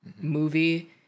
movie